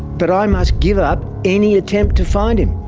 but i must give up any attempt to find him.